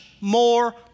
more